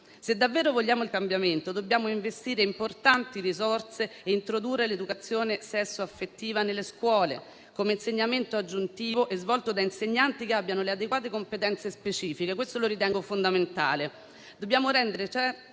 Se davvero vogliamo il cambiamento, dobbiamo investire importanti risorse e introdurre l'educazione sesso-affettiva nelle scuole, come insegnamento aggiuntivo svolto da insegnanti che abbiano le adeguate competenze specifiche: questo lo ritengo fondamentale. Dobbiamo rendere certi